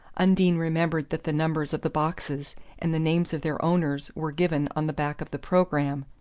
undine remembered that the numbers of the boxes and the names of their owners were given on the back of the programme,